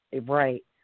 Right